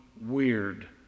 weird